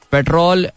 Petrol